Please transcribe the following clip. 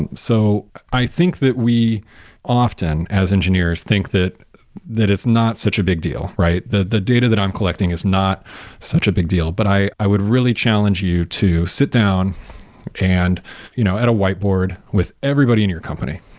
and so i think that we often as engineers think that that it's not such a big deal, right? the the data that i'm collecting is not such a big deal, but i i would really challenge you to sit down and you know at a whiteboard with everybody in your company,